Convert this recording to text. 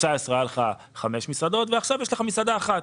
שאז היו לך חמש מסעדות ועכשיו יש לך רק מסעדה אחת,